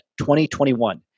2021